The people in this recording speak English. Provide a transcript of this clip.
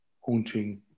haunting